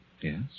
Yes